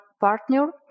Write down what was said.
partner